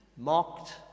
Mocked